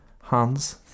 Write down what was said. Hans